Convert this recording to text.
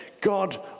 God